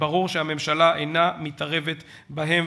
וברור שהממשלה אינה מתערבת בהם.